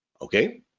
okay